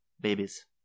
babies